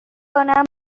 کنم